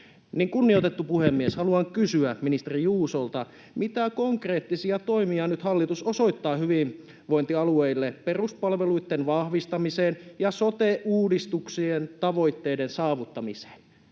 Kunnioitettu puhemies! Haluan kysyä ministeri Juusolta: mitä konkreettisia toimia nyt hallitus osoittaa hyvinvointialueille peruspalveluitten vahvistamiseen ja sote-uudistuksen tavoitteiden saavuttamiseen?